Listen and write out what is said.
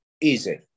Easy